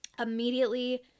Immediately